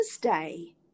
day